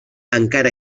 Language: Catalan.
encara